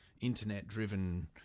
internet-driven